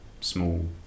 small